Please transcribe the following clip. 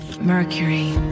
Mercury